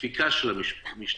הספיקה של המשטרה,